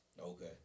Okay